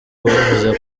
bavuze